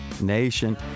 nation